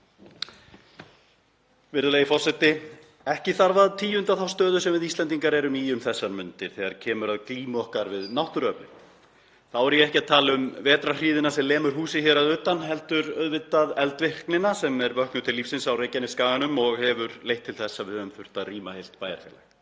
Virðulegi forseti. Ekki þarf að tíunda þá stöðu sem við Íslendingar erum í um þessar mundir þegar kemur að glímu okkar við náttúruöflin. Þá er ég ekki að tala um vetrarhríðina sem lemur húsið að utan heldur auðvitað eldvirknina sem er vöknuð til lífsins á Reykjanesskaganum og hefur leitt til þess að við höfum þurft að rýma heilt bæjarfélag.